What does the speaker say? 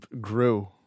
grew